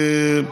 הפקס.